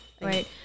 Right